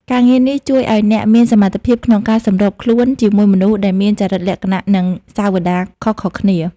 ការងារនេះជួយឱ្យអ្នកមានសមត្ថភាពក្នុងការសម្របខ្លួនជាមួយមនុស្សដែលមានចរិតលក្ខណៈ និងសាវតារខុសៗគ្នា។